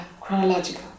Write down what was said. chronological